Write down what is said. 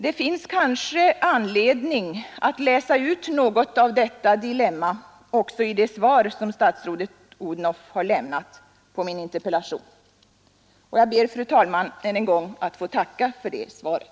Det finns kanske anledning att läsa ut något av detta dilemma också i det svar som statsrådet Odhnoff har lämnat på min interpellation. Jag ber, fru talman, än en gång att få tacka för det svaret.